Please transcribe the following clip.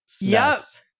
Yes